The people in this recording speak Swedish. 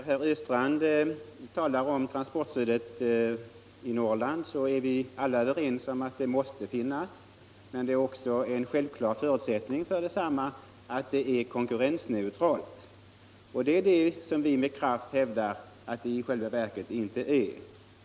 Herr talman! Vi är alla överens om att transportstödet i Norrland måste finnas. Men det är också en självklar förutsättning att det är konkurrensneutralt. Det är detta som vi med kraft hävdar att stödet i själva verket inte är.